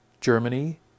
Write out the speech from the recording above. Germany